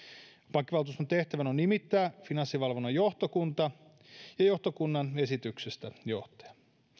pankkivaltuuston tehtävänä on nimittää finanssivalvonnan johtokunta ja johtokunnan esityksestä johtaja